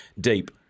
deep